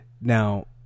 Now